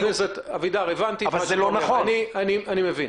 --- אני מבין.